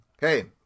hey